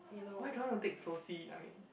why do I wanna take Soci I mean